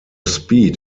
speed